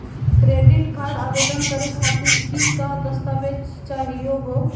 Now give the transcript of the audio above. Credit card आवेदन करे खातीर कि क दस्तावेज चाहीयो हो?